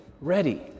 ready